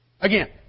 Again